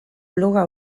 bloga